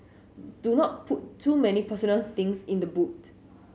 do not put too many personal things in the boot